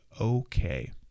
okay